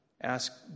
ask